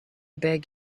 beg